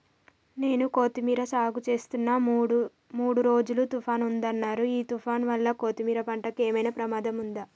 నేను కొత్తిమీర సాగుచేస్తున్న మూడు రోజులు తుఫాన్ ఉందన్నరు ఈ తుఫాన్ వల్ల కొత్తిమీర పంటకు ఏమైనా ప్రమాదం ఉందా?